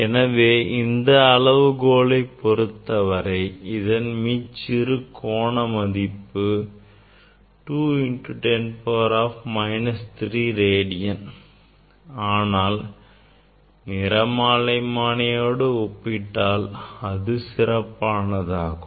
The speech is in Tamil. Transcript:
எனவே இந்த அளவுகோலை பொறுத்தவரை இதன் மீச்சிறு கோண மதிப்பு 2 into 10 to the power minus 3 radian ஆகும் ஆனால் நிறமாலைமானியோடு ஒப்பிட்டால் அது சிறப்பானதாகும்